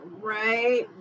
Right